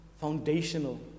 foundational